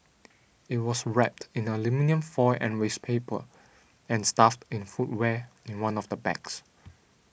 it was wrapped in aluminium foil and waste paper and stuffed in footwear in one of the bags